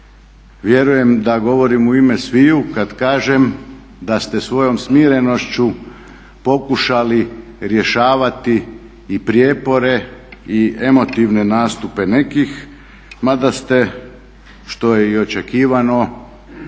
Vjerujem da govorim u ime svih kad kažem da ste svojom smirenošću pokušali rješavati i prijepore i emotivne nastupe nekih, mada ste što je i očekivano,